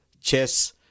chess